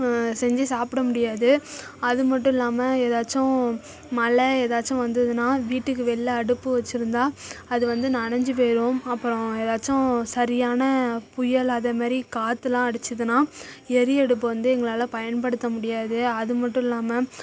செஞ்சு சாப்பிட முடியாது அது மட்டும் இல்லாமல் ஏதாச்சும் மழை ஏதாச்சும் வந்துதுன்னா வீட்டுக்கு வெளில அடுப்பு வச்சுருந்தா அது வந்து நனைஞ்சு போயிடும் அப்புறம் ஏதாச்சும் சரியான புயல் அதை மாதிரி காற்றுல்லாம் அடிச்சுதுன்னா எரி அடுப்பு வந்து எங்களால் பயன்படுத்த முடியாது அது மட்டும் இல்லாமல்